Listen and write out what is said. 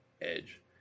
edge